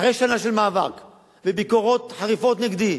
אחרי שנה של מאבק וביקורות חריפות נגדי,